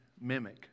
mimic